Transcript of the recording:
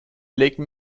lake